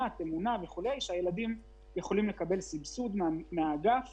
הילדים שם יכולים לקבל סבסוד מהאגף